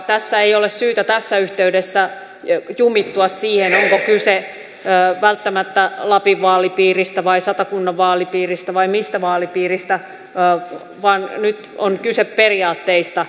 tässä ei ole syytä tässä yhteydessä jumittua siihen onko kyse välttämättä lapin vaalipiiristä vai satakunnan vaalipiiristä vai mistä vaalipiiristä vaan nyt on kyse periaatteista